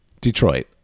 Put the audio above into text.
Detroit